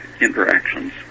interactions